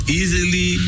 easily